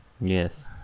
Yes